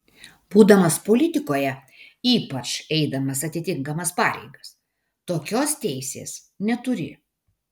būdamas politikoje ypač eidamas atitinkamas pareigas tokios teisės neturi